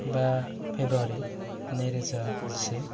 बा फेब्रुवारि नैरोजा जिसे